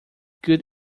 good